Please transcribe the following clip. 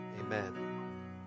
amen